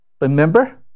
remember